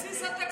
בסיס התקציב,